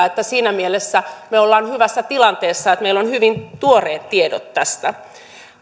että siinä mielessä me olemme hyvässä tilanteessa että meillä on hyvin tuoreet tiedot tästä